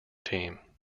team